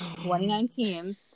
2019